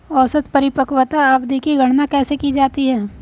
औसत परिपक्वता अवधि की गणना कैसे की जाती है?